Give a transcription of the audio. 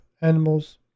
animals